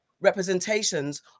representations